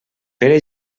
pere